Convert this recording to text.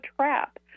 trap